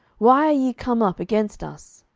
why are ye come up against us?